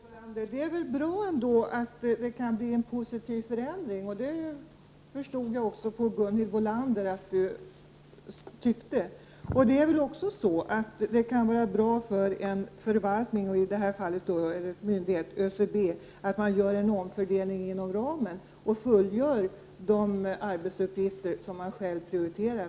Herr talman! Det är väl bra, Gunhild Bolander, att det kan bli en positiv förändring. Jag förstod också att Gunhild Bolander tycker detsamma. Det kan väl också vara bra för en förvaltning, i detta fall en myndighet som ÖCB, att göra en omfördelning inom ramen och fullgöra de arbetsuppgifter som man själv prioriterar.